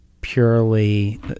purely –